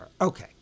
Okay